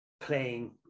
playing